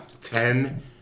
Ten